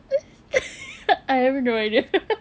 I have no idea